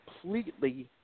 completely